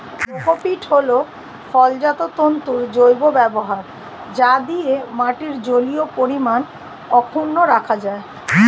cocopeat হল ফলজাত তন্তুর জৈব ব্যবহার যা দিয়ে মাটির জলীয় পরিমাণ অক্ষুন্ন রাখা যায়